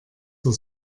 zur